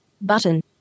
Button